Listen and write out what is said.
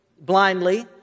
blindly